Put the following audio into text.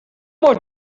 more